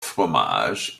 fromage